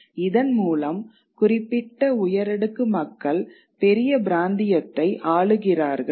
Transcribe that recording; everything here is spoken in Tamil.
இதன் மூலம் குறிப்பிட்ட உயரடுக்கு மக்கள் பெரிய பிராந்தியத்தை ஆளுகிறார்கள்